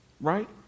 right